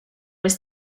was